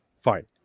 Fine